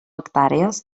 hectàrees